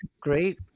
great